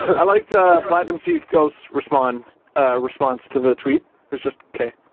i liked platinum seacoast's respond response to the tweet is just, kay.